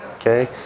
okay